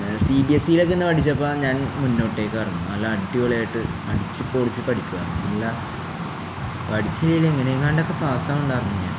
C B S ഇയിലൊക്കെ പഠിച്ചപ്പോള് ഞാൻ മുന്നോട്ടേക്കായിരുന്നു നല്ല അടിപൊളിയായിട്ട് അടിച്ചുപൊളിച്ച് പഠിക്കുമായിരുന്നു പഠിച്ചില്ലെങ്കിലും എങ്ങനെയൊക്കെയോ പാസാകുന്നുണ്ടായിരുന്നു ഞാൻ